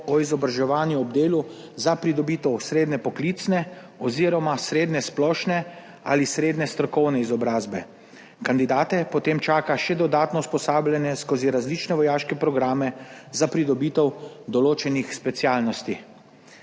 o izobraževanju ob delu za pridobitev srednje poklicne oziroma srednje splošne ali srednje strokovne izobrazbe. Kandidate potem čaka še dodatno usposabljanje skozi različne vojaške programe za pridobitev določenih specialnosti.